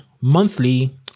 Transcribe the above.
monthly